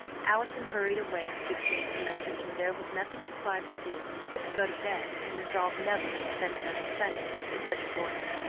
allison hurried away to give jane her message, and there was nothing for clive to do but to go to bed and resolve never to spend another sunday in such boredom.